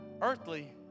earthly